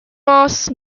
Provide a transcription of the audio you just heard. mass